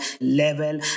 level